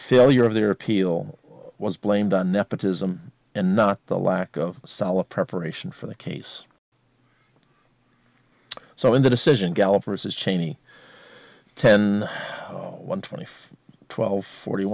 still year of their appeal was blamed on nepotism and not the lack of solid preparation for the case so in the decision gallup vs cheney ten one twenty five twelve forty